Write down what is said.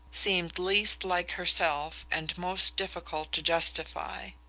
seemed least like herself and most difficult to justify.